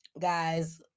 guys